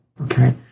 Okay